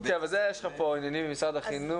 --- אבל זה יש לך פה עניינים עם משרד החינוך.